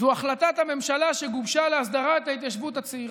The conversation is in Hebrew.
זו החלטת הממשלה שגובשה להסדרת ההתיישבות הצעירה,